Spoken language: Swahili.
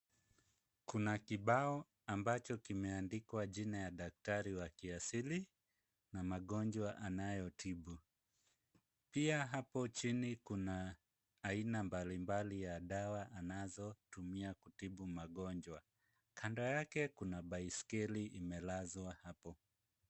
Kuna kibao ambacho kimeandikwa jina ya daktari wa kiasili na magonjwa anayotibu. Pia hapo chini kuna aina mbalimbali ya dawa anazotumia kutibu magonjwa. Kando yake kuna baiskeli imelazwa hapo.